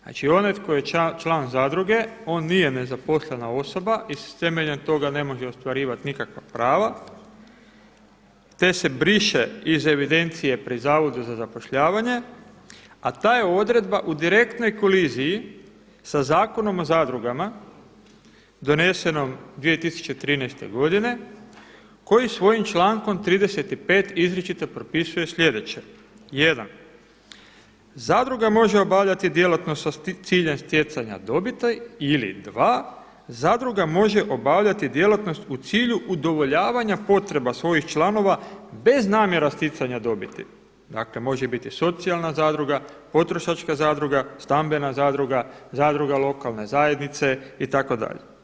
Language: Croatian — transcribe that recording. Znači onaj tko je član zadruge on nije nezaposlena osoba i temeljem toga ne može ostvarivati nikakva prava, te se briše iz evidencije pri Zavodu za zapošljavanje, a ta je odredba u direktnoj koliziji sa Zakonom o zadrugama donesenom 2013. godine koji svojim člankom 35. izričito propisuje sljedeće. „1 Zadruga može obavljati djelatnost sa ciljem stjecanja dobiti ili 2 Zadruga može obavljati djelatnost u cilju udovoljavanja potreba svojih članova bez namjera sticanja dobiti“, dakle može biti socijalna zadruga, potrošačka zadruga, stambena zadruga, zadruga lokalne zajednice itd.